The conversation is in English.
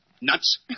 Nuts